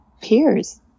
peers